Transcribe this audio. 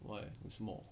why 什么